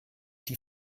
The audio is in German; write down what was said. die